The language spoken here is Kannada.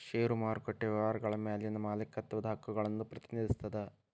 ಷೇರು ಮಾರುಕಟ್ಟೆ ವ್ಯವಹಾರಗಳ ಮ್ಯಾಲಿನ ಮಾಲೇಕತ್ವದ ಹಕ್ಕುಗಳನ್ನ ಪ್ರತಿನಿಧಿಸ್ತದ